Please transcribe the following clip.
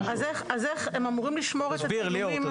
תסביר, ליאור.